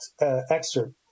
excerpt